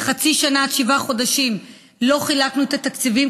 כחצי שנה עד שבעה חודשים לא חילקנו את התקציבים.